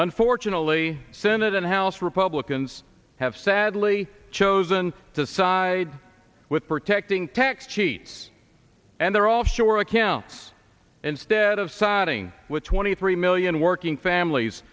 unfortunately senate and house republicans have sadly chosen to side with protecting tax cheats and their offshore accounts instead of siding with twenty three million working families